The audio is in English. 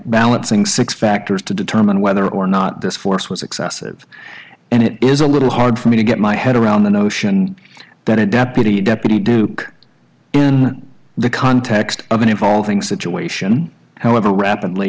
balancing six factors to determine whether or not this force was excessive and it is a little hard for me to get my head around the notion that a deputy deputy duke in the context of an involving situation however